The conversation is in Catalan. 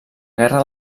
guerra